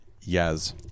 yes